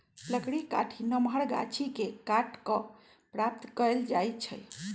लकड़ी काठी नमहर गाछि के काट कऽ प्राप्त कएल जाइ छइ